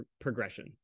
progression